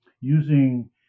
using